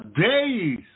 days